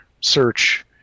search